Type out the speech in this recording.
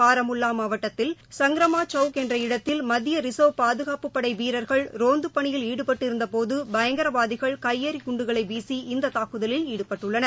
பாரமுல்லாமாவட்டத்தில் சங்ரமாசவுக் என்ற இடத்தில் மத்தியரிசா்வ் பாதுணப்புப்படைவீரா்கள் ரோந்தபணியில் ஈடுபட்டிருந்தபோதுபயங்கரவாதிகள் கையெறிகுண்டுகளைவீசி இந்ததாக்குதலில் ஈடுபட்டுள்ளனர்